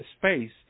space